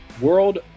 World